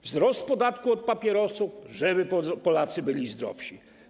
Wzrost podatku od papierosów, żeby Polacy byli zdrowsi.